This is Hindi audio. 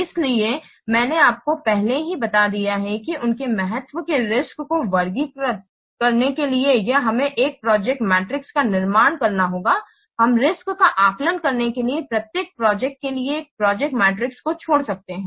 इसलिए मैंने आपको पहले ही बता दिया है कि उनके महत्व के रिस्क् को वर्गीकृत करने के लिए या हमें एक प्रोजेक्ट मैट्रिक्स का निर्माण करना होगा हम रिस्क्स का आकलन करने के लिए प्रत्येक प्रोजेक्ट के लिए एक प्रोजेक्ट मैट्रिक्स को छोड़ सकते हैं